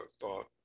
thought